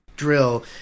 drill